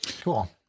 cool